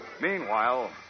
Meanwhile